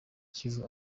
kivu